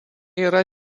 yra